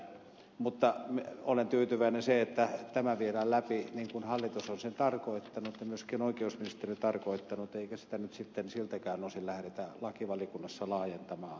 mutta olen tyytyväinen siitä että tämä viedään läpi niin kuin hallitus ja myöskin oikeusministeriö on sen tarkoittanut eikä sitä nyt sitten siltäkään osin lähdetä lakivaliokunnassa laajentamaan